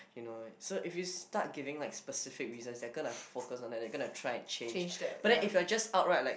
you know it so if you start giving like specific reasons they're gonna focus on it they're gonna like try and change but then if like just upright like